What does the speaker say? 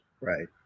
Right